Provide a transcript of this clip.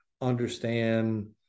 understand